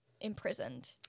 imprisoned